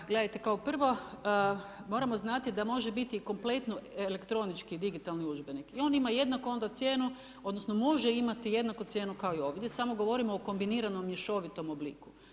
Pa gledajte, kao prvo, moramo znati da može biti i kompletno elektronički digitalni udžbenik i on ima jednaku onda cijenu, odnosno može imati jednaku cijenu kao i ovdje samo govorimo o kombiniranom mješovitom obliku.